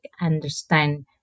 understand